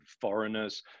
foreigners